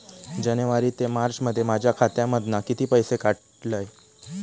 जानेवारी ते मार्चमध्ये माझ्या खात्यामधना किती पैसे काढलय?